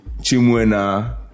Chimwena